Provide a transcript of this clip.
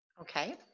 Okay